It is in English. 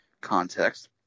context